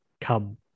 come